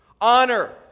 honor